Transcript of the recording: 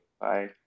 bye